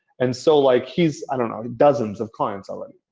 and so like he's, i don't know, dozens of clients alike.